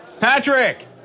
Patrick